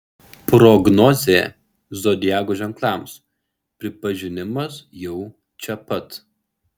prognozė zodiako ženklams pripažinimas jau čia pat